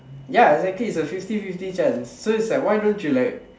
ya exactly it's a fifty fifty chance so why don't you like